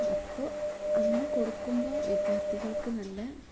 അപ്പോൾ അങ്ങനെ കൊടുക്കുമ്പോൾ വിദ്യാർത്ഥികൾക്കു നല്ല